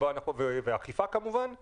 וכמובן אכיפה,